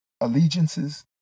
allegiances